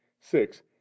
six